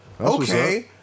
okay